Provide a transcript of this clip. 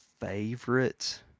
favorite